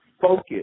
focus